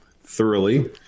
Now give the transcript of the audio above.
thoroughly